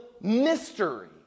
mystery